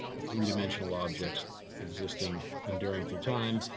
the three dimensional objects existing in during through time.